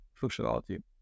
functionality